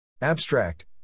Abstract